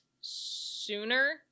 sooner